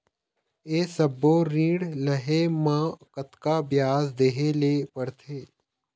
ये सब्बो ऋण लहे मा कतका ब्याज देहें ले पड़ते?